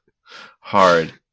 hard